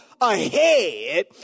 ahead